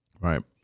Right